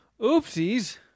Oopsies